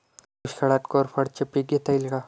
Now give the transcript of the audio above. दुष्काळात कोरफडचे पीक घेता येईल का?